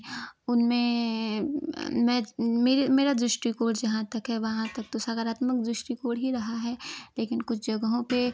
उनमें में मेरी मेरा दृष्टिकोण जहाँ तक है वहाँ तक तो सकारात्मक दृष्टिकोण ही रहा है लेकिन कुछ जगहों पर